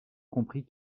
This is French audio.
comprit